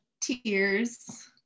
tears